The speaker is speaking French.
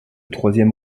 troisième